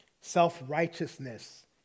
Self-righteousness